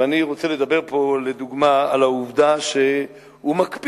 ואני רוצה לדבר פה לדוגמה על העובדה שהוא מקפיא,